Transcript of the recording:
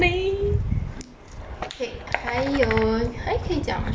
!hey! 还有还可以讲啥